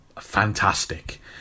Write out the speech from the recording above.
fantastic